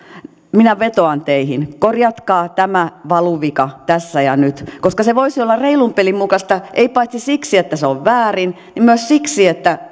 minä vetoan teihin korjatkaa tämä valuvika tässä ja nyt koska se voisi olla reilun pelin mukaista paitsi siksi että se on väärin myös siksi että